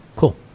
Cool